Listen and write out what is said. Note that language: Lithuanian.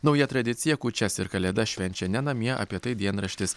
nauja tradicija kūčias ir kalėdas švenčia ne namie apie tai dienraštis